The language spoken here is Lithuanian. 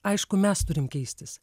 aišku mes turim keistis